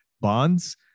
bonds